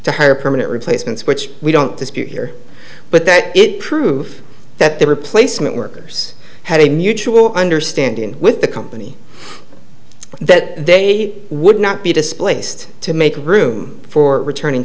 to hire permanent replacements which we don't dispute here but that it prove that the replacement workers had a mutual understanding with the company that they would not be displaced to make room for returning